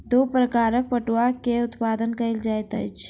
दू प्रकारक पटुआ के उत्पादन कयल जाइत अछि